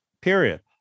period